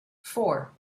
four